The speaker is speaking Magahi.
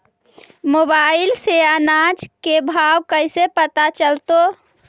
मोबाईल से अनाज के भाव कैसे पता चलतै?